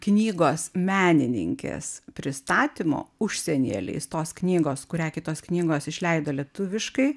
knygos menininkės pristatymo užsienyje leistos knygos kurią kitos knygos išleido lietuviškai